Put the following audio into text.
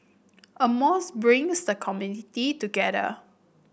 a mosque brings a community together